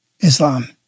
Islam